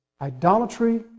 Idolatry